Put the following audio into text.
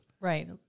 Right